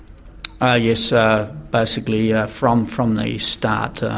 ah yes ah basically ah from from the start,